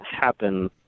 happen